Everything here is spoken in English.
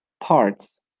parts